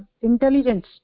intelligence